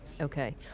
Okay